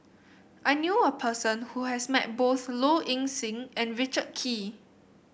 I knew a person who has met both Low Ing Sing and Richard Kee